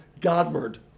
Godward